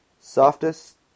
softest